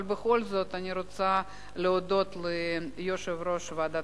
אבל בכל זאת אני רוצה להודות ליושב-ראש ועדת